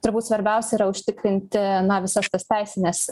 turbūt svarbiausia yra užtikrinti na visas šitas teisines